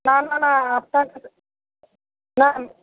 না না না আপনার না